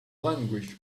language